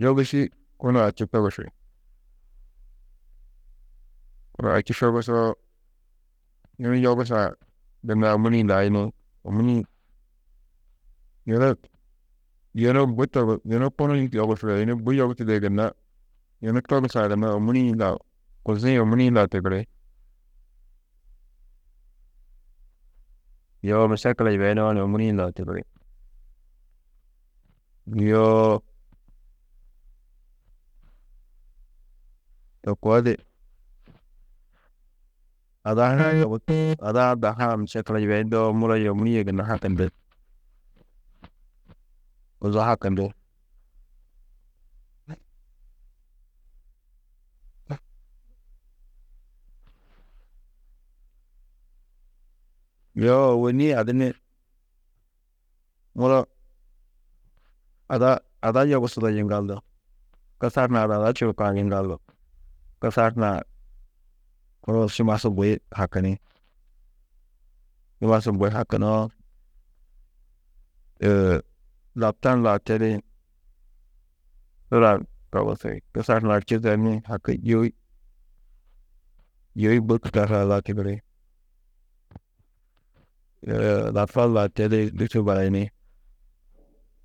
Yogusî kunu ači togusi, lôko ači togusoo yunu yogusã gunna ômuri-ĩ hi layini, ômuri-ĩ yunu, yunu bui togus, yunu kunu yogusi, yunu bui yogusudê gunna yunu togusã gunna ômuri-ĩ lau, kuzi-ĩ ômuri-ĩ lau tigiri. Yoo mišekila yibeyunoo ni ômuri-ĩ lau tigiri, yoo to koo di ada hunã ada-ã daha-ã mišekila yibeyundoo muro yê ômuri-ĩ yê gunna hakindi, kuzo hakindi, yo ôwonni adimmi muro ada, ada yobusudo yiŋgaldu kusar hunã du ada čurukã yiŋgaldu kusar hunã šimasu bui hakini, šimasu bui hakunoo, laptan lau tedi, sura ni togusi, kusar hunã čizeni, haki yôi, yôi bui kusar hunã lau tigiri, yoo laptan lau tedi gûrso barayini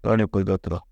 to ni kuzo turo.